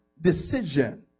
decision